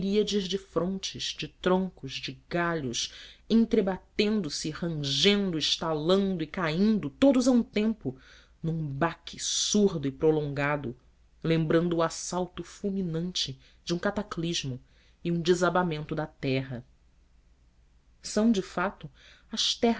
miríades de frondes de troncos de galhos entrebatendo se rangendo estalando e caindo todos a um tempo num baque surdo e prolongado lembrando o assalto fulminante de um cataclismo e um desabamento da terra são de fato